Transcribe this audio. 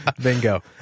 Bingo